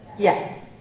yes.